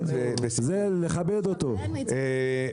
אנחנו צריכים לעשות שינוי בחשיבה,